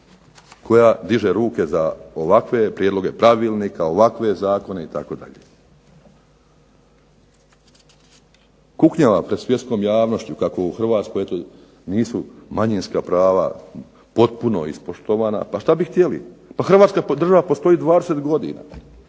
koji diže ruke za ovakve pravilnike, ovakve zakone itd. Kuknjava pred svjetskom javnošću kako u Hrvatskoj nisu manjinska prava potpuno ispoštovana. Pa što bi htjeli? Pa HRvatska postoji 20 godina.